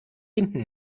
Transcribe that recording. hinten